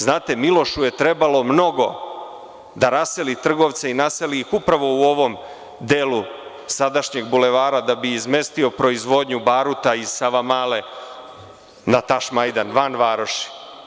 Znate, Milošu je trebalo mnogo da raseli trgovce i naseli ih upravo u ovom delu sadašnjeg Bulevara da bi izmestio proizvodnju baruta iz Savamale na Tašmajdan, van varoši.